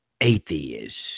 atheists